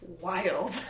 wild